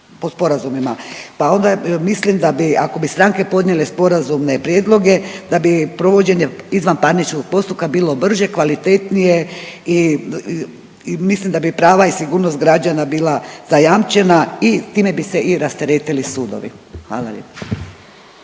pa onda mislim da bi ako bi stranke podnijele sporazumne prijedloge da bi provođenje izvanparničnog postupka bilo brže, kvalitetnije i mislim da bi prava i sigurnost građana bila zajamčena i time bi se i rasteretili sudovi. Hvala lijepo.